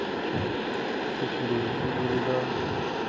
ᱥᱩᱠᱨᱤ ᱥᱩᱠᱨᱤ ᱫᱚ